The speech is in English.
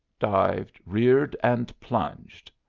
dived, reared, and plunged.